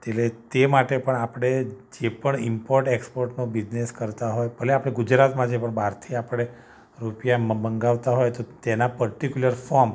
એટલે તે માટે પણ આપણે જે પણ ઇમ્પોર્ટ એક્સપૉર્ટનો બિઝનેસ કરતા હોય ભલે આપણે ગુજરાતમાં છે પણ બહારથી આપણે રૂપિયા મં મંગાવતા હોય તો તેના પર્ટિક્યૂલર ફોર્મ